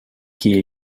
gehe